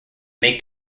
make